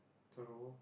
throw